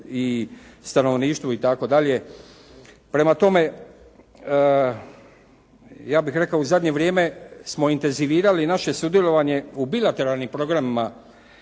i stanovništvu itd. Prema tome, ja bih rekao u zadnje vrijeme smo intenzivirali i naše sudjelovanje u bilateralnim programima,